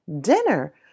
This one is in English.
dinner